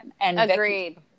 Agreed